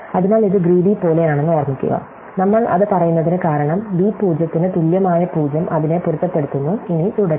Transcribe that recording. അതിനാൽ ഇത് ഗ്രീടി പോലെയാണെന്ന് ഓർമ്മിക്കുക നമ്മൾ അത് പറയുന്നതിനു കാരണം b 0 ന് തുല്യമായ 0 അതിനെ പൊരുത്തപ്പെടുത്തുന്നു ഇനി തുടരുക